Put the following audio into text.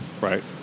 right